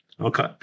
Okay